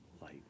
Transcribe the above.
light